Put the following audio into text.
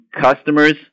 customers